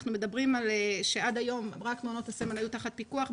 אנחנו מדברים על כך שעד היום מעונות הסמל שהיו תחת פיקוח,